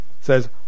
says